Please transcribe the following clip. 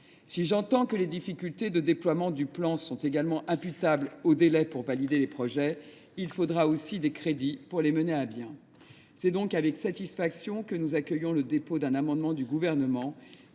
Si j’entends que les difficultés de déploiement du plan sont également imputables aux délais nécessaires pour valider les projets, il faudra aussi des crédits pour les mener à bien. C’est donc avec satisfaction que nous accueillons le dépôt d’un amendement du Gouvernement